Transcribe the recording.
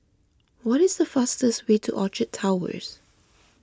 what is the fastest way to Orchard Towers